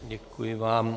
Děkuji vám.